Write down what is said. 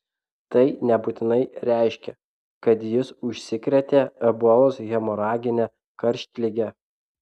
tai nebūtinai reiškia kad jis užsikrėtė ebolos hemoragine karštlige